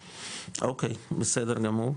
אוקי, בסדר גמור,